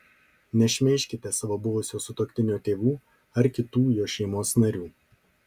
nešmeižkite savo buvusio sutuoktinio tėvų ar kitų jo šeimos narių